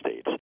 states